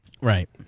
Right